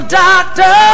doctor